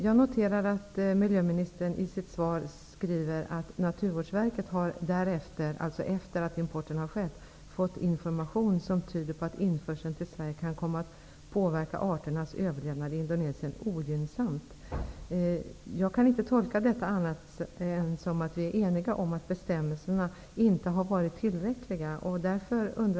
Jag noterar att miljöministern i sitt svar skriver att ''Naturvårdsverket har därefter'' -- alltså efter det att importen har skett -- ''fått information som tyder på att införseln till Sverige kan komma att påverka arternas överlevnad i Indonesien ogynnsamt''. Jag kan inte tolka detta annat än som att vi är eniga om att bestämmelserna inte har varit tillräckliga.